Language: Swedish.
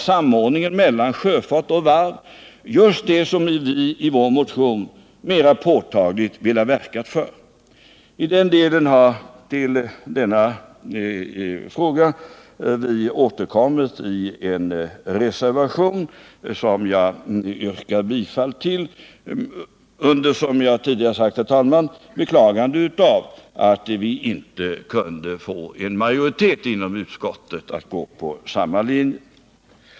samordning mellan sjöfart och varv, just det som vi i vår motion mera påtagligt velat verka för. Vi har återkommit till denna fråga i en reservation, som jag yrkar bifall till, som jag tidigare sagt här, under beklagande av att vi inte kunde få en majoritet inom utskottet för att gå på samma linje.